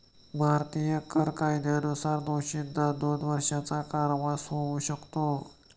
भारतीय कर कायद्यानुसार दोषींना दोन वर्षांचा कारावास होऊ शकतो